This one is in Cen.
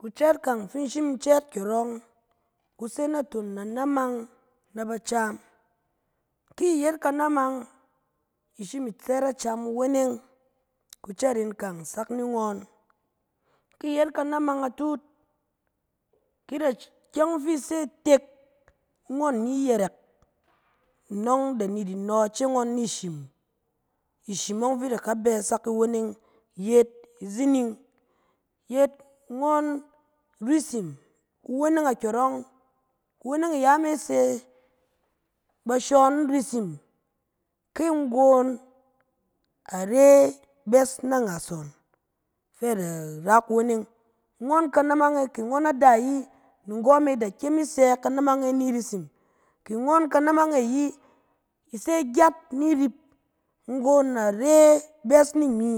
Kucɛɛt kang fi in shim ncɛɛt kyɔrɔng, kuse naton nanamang na bacam. Ki i yet kanamang, i shim i tsɛt acam iweneng, kucɛɛt in kang sak ni ngɔn. Ki yet kanamang atut, ki da- ikyɛng fi se tek ngɔn ni yɛrɛk, nɔng da ni di no ice ngɔn ni shim, shim ɔng fi i da ka bɛ sak iweneng yet, izining, yet ngɔn risim, kuweneng akyɔrɔng, kuweneng yame se, bashon risim, ki nggon are bɛs na angas ngɔn fɛ a da ra kuweneng. Ngɔn kanamang e kɛ ngɔn ada ayi, nggɔ me, da kyem i sɛ kanamang e ni risim, ke ngɔn kanamang e ayi, i se gyet ni rip, nggon are bɛs ni imi,